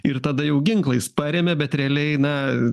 ir tada jau ginklais paremia bet realiai na